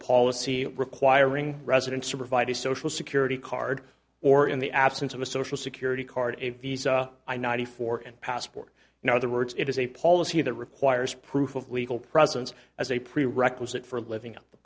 policy requiring residents to provide a social security card or in the absence of a social security card a visa i ninety four and passport no other words it is a policy that requires proof of legal presence as a prerequisite for living in the